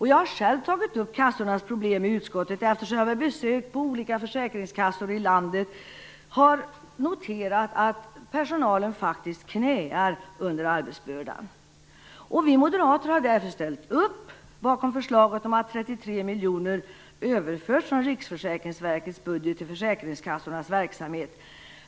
Jag har själv tagit upp kassornas problem i utskottet eftersom jag vid besök på olika försäkringskassor i landet har noterat att personalen faktiskt knäar under arbetsbördan. Vi moderater har därför ställt upp bakom förslaget om att 33 miljoner överförs från Riksförsäkringsverkets budget till försäkringskassornas verksamhet.